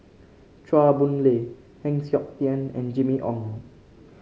Chua Boon Lay Heng Siok Tian and Jimmy Ong